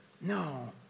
No